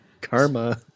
Karma